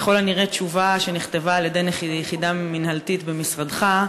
ככל הנראה תשובה שנכתבה על-ידי יחידה מינהלתית במשרדך,